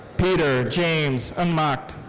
peter james unmacht.